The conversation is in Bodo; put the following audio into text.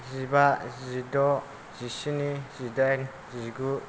जिबा जिद' जिस्नि जिदाइन जिगु